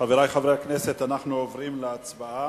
חברי חברי הכנסת, אנחנו עוברים להצבעה.